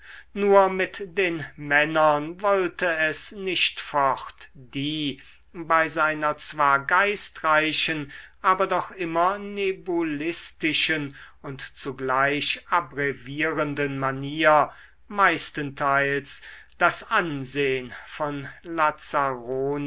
nur mit den männern wollte es nicht fort die bei seiner zwar geistreichen aber doch immer nebulistischen und zugleich abbrevierenden manier meistenteils das ansehn von